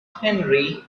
henry